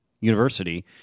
University